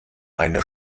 eine